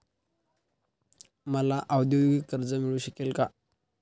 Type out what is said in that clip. मला औद्योगिक कर्ज मिळू शकेल का?